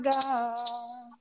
God